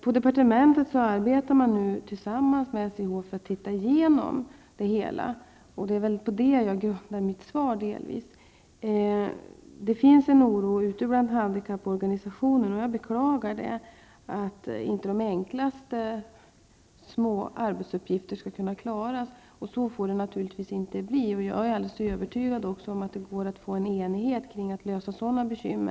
På departementet arbetar man nu tillsammans med SIH för att se över det hela. Jag grundar mitt svar delvis på detta arbete. Det finns en oro ute bland handikapporganisationerna. Jag beklagar att de enklaste små arbetsuppgifter inte skall kunna klaras av. Så får det naturligtvis inte bli. Jag är övertygad om att det går att få en enighet kring att lösa sådana problem.